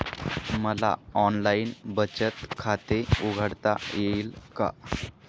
मला ऑनलाइन बचत खाते उघडता येईल का?